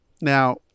Now